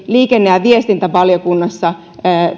liikenne ja viestintävaliokunnassa